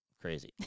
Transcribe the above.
Crazy